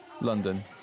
London